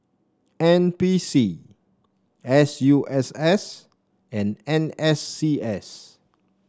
N P C S U S S and N S C S